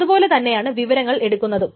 അതുപോലെതന്നെയാണ് വിവരങ്ങൾ എടുക്കുന്നതും